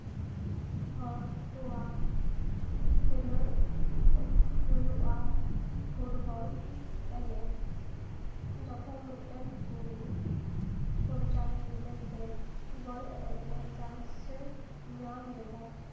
ᱦᱚᱲ ᱠᱚᱣᱟᱜ ᱠᱷᱮᱸᱞᱳᱰ ᱦᱩᱭᱩᱜᱼᱟ ᱯᱷᱩᱴᱵᱚᱞ ᱮᱱᱮᱡ ᱡᱚᱠᱷᱚᱱ ᱢᱤᱫᱴᱮᱱ ᱠᱩᱲᱤ ᱯᱚᱧᱪᱟᱭᱮᱛ ᱞᱮᱵᱮᱞ ᱨᱮ ᱵᱚᱞ ᱮᱱᱮᱡ ᱨᱮᱭᱟᱜ ᱪᱟᱱᱥᱮ ᱧᱟᱢ ᱞᱮᱫᱟ